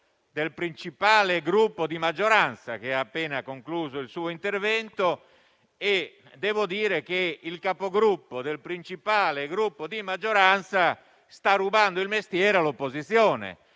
del principale Gruppo di maggioranza, che ha appena concluso il suo intervento. E devo dire che il Capogruppo del principale Gruppo di maggioranza sta rubando il mestiere all'opposizione,